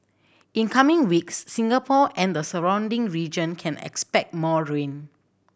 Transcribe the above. in coming weeks Singapore and the surrounding region can expect more rain